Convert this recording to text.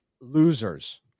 losers